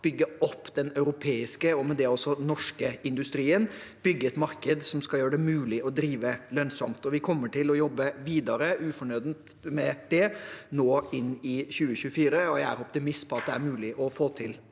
bygge opp den europeiske, og med det også den norske, industrien, bygge et marked som skal gjøre det mulig å drive lønnsomt. Vi kommer til å jobbe ufortrødent videre med det nå i 2024. Jeg er optimist med tanke på at det er mulig å få til